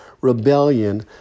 rebellion